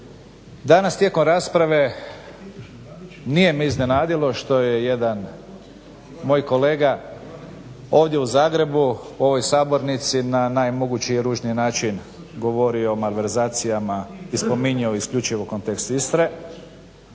Danas tijekom rasprave nije me iznenadilo što je jedan moj kolega ovdje u Zagrebu, u ovoj sabornici na naj mogući ružniji način govorio o malverzacijama i spominjao isključivo kontekst Istre.